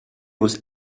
was